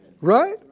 Right